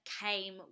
came